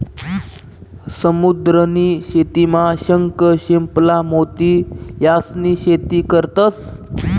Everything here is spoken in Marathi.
समुद्र नी शेतीमा शंख, शिंपला, मोती यास्नी शेती करतंस